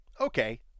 Okay